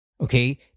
Okay